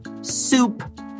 soup